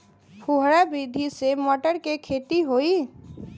फुहरा विधि से मटर के खेती होई